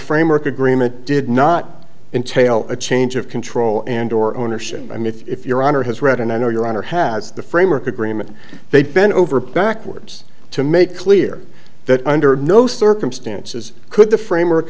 framework agreement did not entailed a change of control and or ownership i mean if your honor has read and i know your honor has the framework agreement they bent over backwards to make clear that under no circumstances could the framework